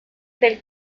del